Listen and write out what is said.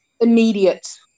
immediate